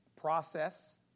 process